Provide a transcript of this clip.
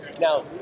Now